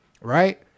right